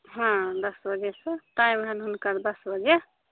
हँ दस बजेसँ टाइम हइ हुनकर दस बजे